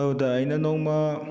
ꯑꯗꯨꯗ ꯑꯩꯅ ꯅꯣꯡꯃ